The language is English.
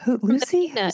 Lucy